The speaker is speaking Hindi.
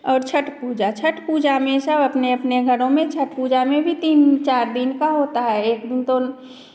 और छठ पूजा छठ पूजा में सब अपने अपने घरों में छठ पूजा में भी तीन चार दिन का होता है एक दिन तो